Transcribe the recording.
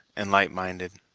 and light-minded.